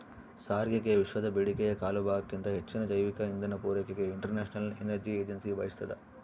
ಸಾರಿಗೆಗೆವಿಶ್ವದ ಬೇಡಿಕೆಯ ಕಾಲುಭಾಗಕ್ಕಿಂತ ಹೆಚ್ಚಿನ ಜೈವಿಕ ಇಂಧನ ಪೂರೈಕೆಗೆ ಇಂಟರ್ನ್ಯಾಷನಲ್ ಎನರ್ಜಿ ಏಜೆನ್ಸಿ ಬಯಸ್ತಾದ